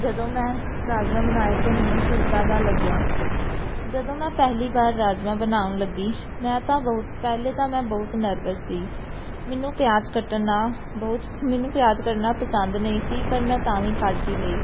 ਜਦੋਂ ਮੈਂ ਰਾਜਮਾਂਹ ਬਣਾਏ ਤਾਂ ਮੈਨੂੰ ਕਿੱਦਾਂ ਦਾ ਲੱਗਿਆ ਜਦੋਂ ਮੈਂ ਪਹਿਲੀ ਵਾਰ ਰਾਜਮਾਂਹ ਬਣਾਉਣ ਲੱਗੀ ਮੈਂ ਤਾਂ ਬਹੁਤ ਪਹਿਲਾਂ ਤਾਂ ਮੈਂ ਬਹੁਤ ਨਰਵਸ ਸੀ ਮੈਨੂੰ ਪਿਆਜ ਕੱਟਣਾ ਬਹੁਤ ਮੈਨੂੰ ਪਿਆਜ ਕੱਟਣਾ ਪਸੰਦ ਨਹੀਂ ਸੀ ਪਰ ਮੈਂ ਤਾਂ ਵੀ ਕੱਟ ਹੀ ਲਏ